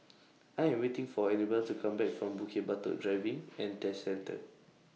I Am waiting For Annabel to Come Back from Bukit Batok Driving and Test Centre